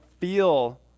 feel